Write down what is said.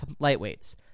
lightweights